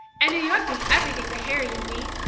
and new york means everything to harry and me!